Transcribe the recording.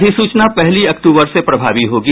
अधिसूचना पहली अक्टूबर से प्रभावी होगी